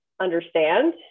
understand